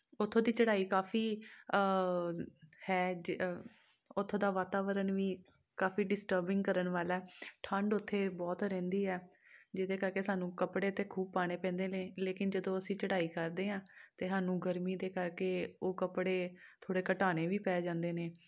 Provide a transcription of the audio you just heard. ਉੱਥੋਂ ਦੀ ਚੜ੍ਹਾਈ ਕਾਫੀ ਹੈ ਜ ਉੱਥੋਂ ਦਾ ਵਾਤਾਵਰਨ ਵੀ ਕਾਫੀ ਡਿਸਟਰਬਿੰਗ ਕਰਨ ਵਾਲਾ ਠੰਡ ਉੱਥੇ ਬਹੁਤ ਰਹਿੰਦੀ ਹੈ ਜਿਹਦੇ ਕਰਕੇ ਸਾਨੂੰ ਕੱਪੜੇ ਤਾਂ ਖੂਬ ਪਾਉਣੇ ਪੈਂਦੇ ਨੇ ਲੇਕਿਨ ਜਦੋਂ ਅਸੀਂ ਚੜ੍ਹਾਈ ਕਰਦੇ ਹਾਂ ਅਤੇ ਸਾਨੂੰ ਗਰਮੀ ਦੇ ਕਰਕੇ ਉਹ ਕੱਪੜੇ ਥੋੜ੍ਹੇ ਘਟਾਉਣੇ ਵੀ ਪੈ ਜਾਂਦੇ ਨੇ